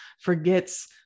forgets